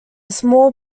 small